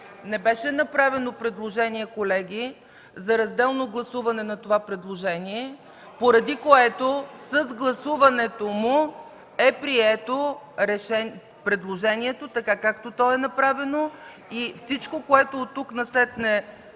Не беше направено предложение, колеги, за разделно гласуване на това предложение, поради което с гласуването му е прието предложението така, както то е направено. И всичко, което оттук насетне